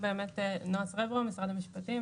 נועה סרברו, משרד המשפטים.